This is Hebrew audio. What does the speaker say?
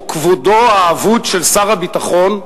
או כבודו האבוד של שר הביטחון,